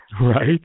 right